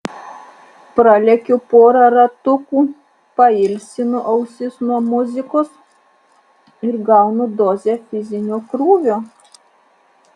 pralekiu porą ratukų pailsinu ausis nuo muzikos ir gaunu dozę fizinio krūvio